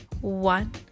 one